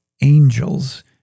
angels